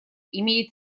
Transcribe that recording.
имеет